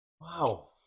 Wow